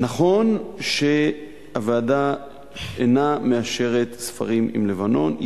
נכון שהוועדה אינה מאשרת ספרים מלבנון.